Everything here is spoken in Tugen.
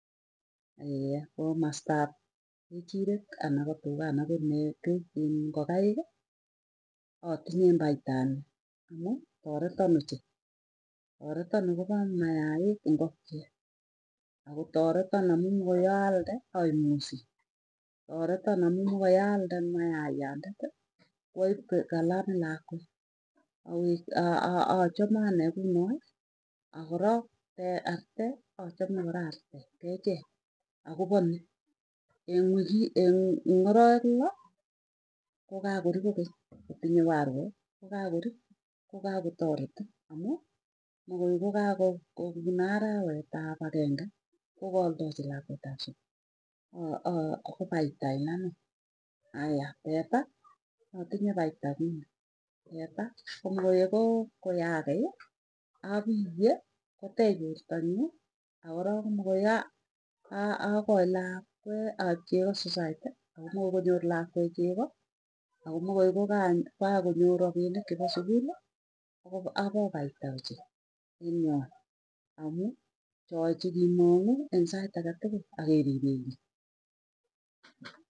komastap kechirek ana ko tuga ana ko nego iin ngokaiki, atinye eng faida an. Amu tareton ochee tareton akopa mayaik ngokchee, ako tareton amu makoi alde aip kosiin taretan amuu magoi alde mayayande, kwaip kalamit nakwee. achame anee kunoe akorok arte achame kora artee kechee akopo ni, eng wiki eng arawek loo kokakori kokeny kotinye warwe kokakori. Kokakotareti amuu makoi kokako ko ng'aa arawet ap ageng'e kokaldachi lakwet ap sukul aa ako faida en anee. Aya teta atinye faida komokoi ko koyaakei apiye koteech porta nyuu akorok mokoi aa, aa akochi lakwe aip chego societ akomokokonyor lakwee chegoo, ako mokoi kokakonyor rapinik chepa sukuli apo faida ochei en yoe amuu choe chikimang'u eng sait agetukul akeripenke.